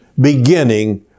beginning